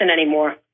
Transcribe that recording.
anymore